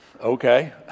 Okay